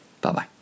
Bye-bye